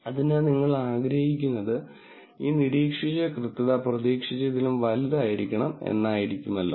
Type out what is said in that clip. അതിനാൽ നിങ്ങൾ ആഗ്രഹിക്കുന്നത് ഈ നിരീക്ഷിച്ച കൃത്യത പ്രതീക്ഷിച്ചതിലും വലുതായിരിക്കണം എന്നായിരിക്കുമല്ലോ